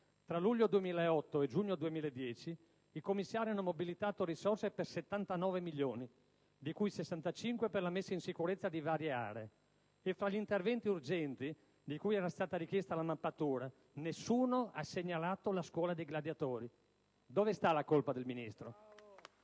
Tra luglio 2008 e giugno 2010 i commissari hanno mobilitato risorse per 79 milioni di euro, di cui circa 65 per la messa in sicurezza di varie aree, e fra gli interventi urgenti - di cui era stata richiesta la mappatura - nessuno ha segnalato la Scuola dei gladiatori. Dove sta la colpa del Ministro?